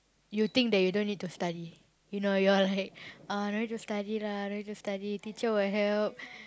you think that you don't need to study you know you're like uh no need to study lah no need to study teacher will help